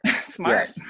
Smart